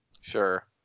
Sure